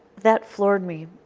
that floored me.